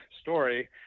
story